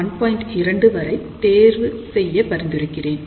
2 வரை தேர்வு செய்ய பரிந்துரைக்கிறேன்